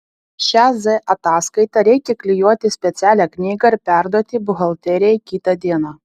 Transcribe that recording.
šią z ataskaitą reikia klijuoti į specialią knygą ir perduoti buhalterijai kitą dieną